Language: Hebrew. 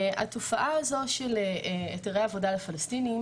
התופעה הזאת של היתרי עבודה לפלסטינים